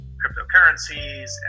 cryptocurrencies